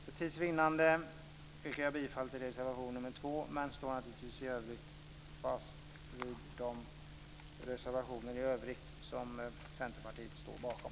För tids vinnande yrkar jag bifall endast till reservation 2, men jag står naturligtvis i övrigt fast vid de reservationer som Centerpartiet står bakom.